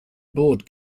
board